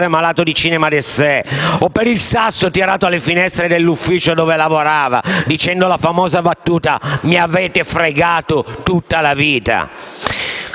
malato di cinema d'*essai* o per il sasso tirato alle finestre dell'ufficio dove lavorava dicendo la famosa battuta «Mi avete fregato tutta la vita».